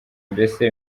mbese